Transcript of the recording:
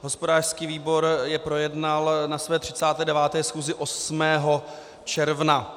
Hospodářský výbor je projednal na své 39. schůzi 8. června.